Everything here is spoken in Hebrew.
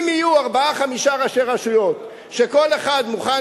אם יהיו ארבעה-חמישה ראשי רשויות שכל אחד מוכן